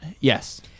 yes